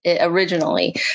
originally